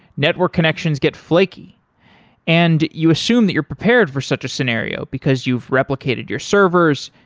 network connections get flaky and you assume that you're prepared for such a scenario, because you've replicated your servers,